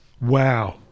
Wow